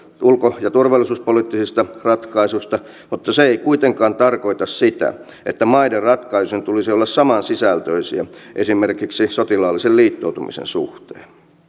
ulko ja turvallisuuspoliittisista ratkaisuista mutta se ei kuitenkaan tarkoita sitä että maiden ratkaisujen tulisi olla samansisältöisiä esimerkiksi sotilaallisen liittoutumisen suhteen